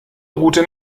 route